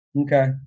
Okay